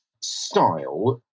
style